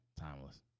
Timeless